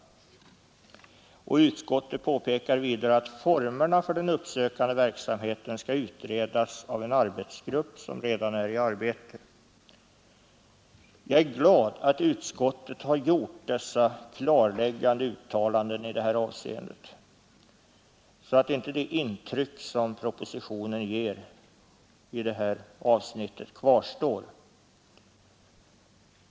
Utskottet påpekar vidare att formerna för den uppsökande verksamheten skall utredas av en arbetsgrupp som redan är i arbete. Jag är glad att utskottet har gjort dessa klarläggande uttalanden, så att inte det intryck som propositionen ger i det här avsnittet kvarstår.